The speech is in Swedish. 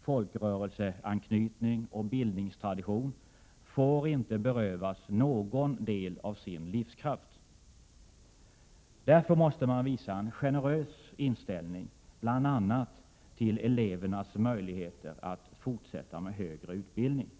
folkrörelseanknytning och bildningstradition — får inte berövas någon del av sin livskraft. Därför måste man visa en generös inställning, bl.a. till elevernas möjligheter att fortsätta med högre utbildning.